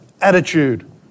attitude